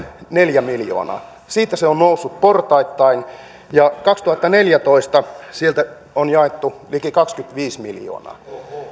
neljä miljoonaa vuonna kaksituhattakahdeksan siitä se on on noussut portaittain ja kaksituhattaneljätoista sieltä on jaettu liki kaksikymmentäviisi miljoonaa